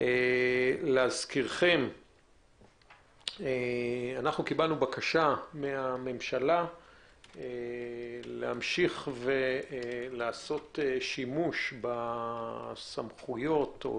להזכירכם קיבלנו בקשה מהממשלה להמשיך ולעשות שימוש בסמכויות או